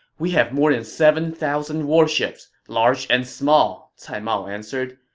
we have more than seven thousand warships, large and small, cai mao answered.